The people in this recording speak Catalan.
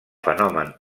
fenomen